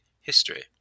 history